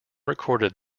recorded